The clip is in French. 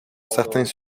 certains